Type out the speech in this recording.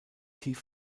tief